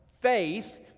faith